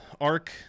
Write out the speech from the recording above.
arc